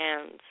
hands